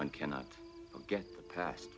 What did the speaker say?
one cannot get past